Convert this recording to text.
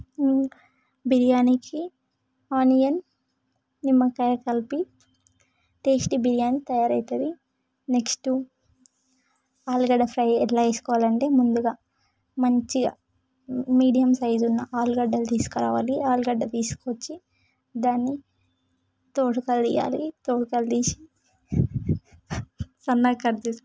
బిర్యానీకి ఆనియన్ నిమ్మకాయ కలిపి టేస్టీ బిర్యానీ తయారవుతుంది నెక్స్ట్ ఆలుగడ్డ ఫ్రై ఎలా చేసుకోవాలంటే ముందుగా మంచిగా మీడియం సైజు ఉన్న ఆలుగడ్డలు తీసుకురావాలి ఆలుగడ్డ తీసుకొచ్చి దాన్నితొలికలు తీయాలి అది తొలికలు తీసి సన్నగా కట్ చేసుకోవాలి